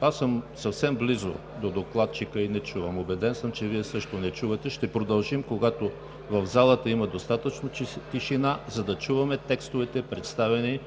аз съм съвсем близо до докладчика и не чувам, убеден съм, че Вие също не чувате. Ще продължим, когато в залата има достатъчно тишина, за да чуваме текстовете, представени